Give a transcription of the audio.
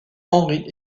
henri